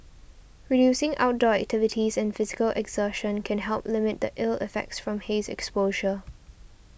reducing outdoor activities and physical exertion can help limit the ill effects from haze exposure